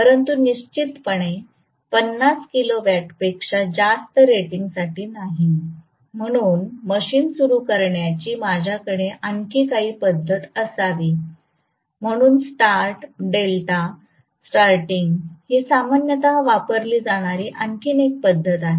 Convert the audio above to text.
परंतु निश्चितपणे 50 किलोवॅटपेक्षा जास्त रेटिंगसाठी नाही म्हणून मशीन सुरू करण्याची माझ्याकडे आणखी काही पद्धत असावी म्हणून स्टार्ट डेल्टा स्टार्टिंग ही सामान्यतः वापरली जाणारी आणखी एक पद्धत आहे